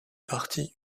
parti